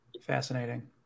Fascinating